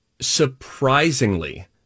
surprisingly